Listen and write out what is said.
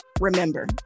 remember